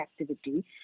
activity